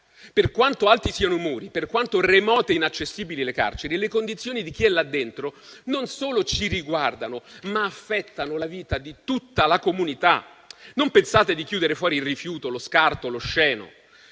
Per quanto alti siano i muri e remote e inaccessibili le carceri, le condizioni di chi è là dentro non solo ci riguardano, ma affettano la vita di tutta la comunità. Non pensate di chiudere fuori il rifiuto, lo scarto, l'osceno.